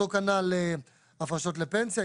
אותו כנ"ל לגבי הפרשות לפנסיה.